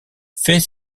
fait